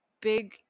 big